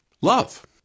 love